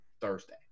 Thursday